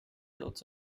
builds